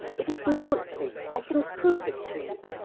it is nonsense i can prove it to you.